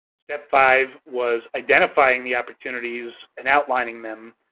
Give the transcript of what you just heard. step five was identifying the opportunities and outlining them.